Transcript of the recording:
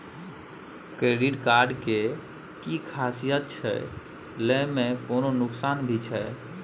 Credit card के कि खासियत छै, लय में कोनो नुकसान भी छै?